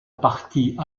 partie